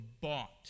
bought